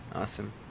Awesome